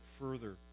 further